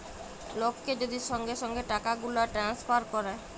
লককে যদি সঙ্গে সঙ্গে টাকাগুলা টেলেসফার ক্যরে